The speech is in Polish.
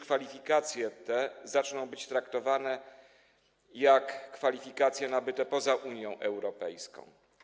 Kwalifikacje te zaczną być traktowane jak kwalifikacje nabyte poza Unią Europejską.